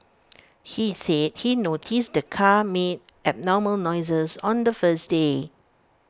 he said he noticed the car made abnormal noises on the first day